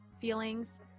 feelings